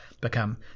become